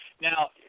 now